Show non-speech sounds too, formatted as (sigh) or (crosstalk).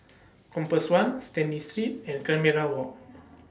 Compass one Stanley Street and (unintelligible) Walk